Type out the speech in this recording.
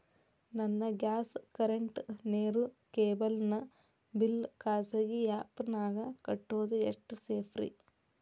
ನನ್ನ gas current, ನೇರು, cable ನ ಬಿಲ್ ಖಾಸಗಿ ಆ್ಯಪ್ ನ್ಯಾಗ್ ಕಟ್ಟೋದು ಎಷ್ಟು ಸೇಫ್ರಿ?